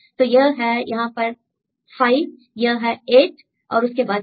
तो यह है यहां पर 5 यह है 8 और उसके बाद 0